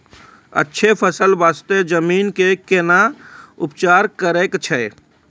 अच्छा फसल बास्ते जमीन कऽ कै ना उपचार करैय छै